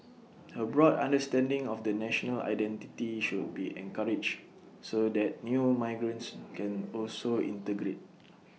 A broad understanding of the national identity should be encouraged so that new migrants can also integrate